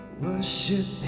worship